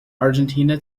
argentina